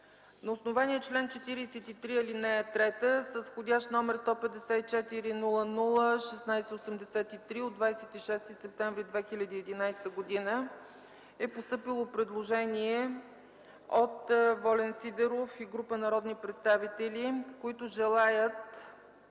На основание чл. 43, ал. 3 с вх. № 154-00-1683 от 26 септември 2011 г. е постъпило предложение от Волен Сидеров и група народни представители, които желаят